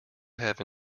have